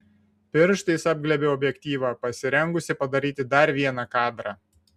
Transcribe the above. pirštais apglėbiau objektyvą pasirengusi padaryti dar vieną kadrą